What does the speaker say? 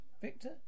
Victor